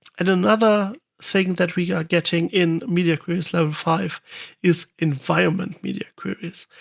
and another thing that we are getting in media queries level five is environment media queries.